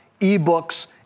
eBooks